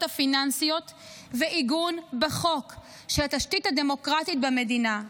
הפיננסיות ועיגון בחוק של התשתית הדמוקרטית במדינה,